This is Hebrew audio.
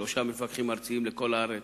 יש שלושה מפקחים ארציים לכל הארץ.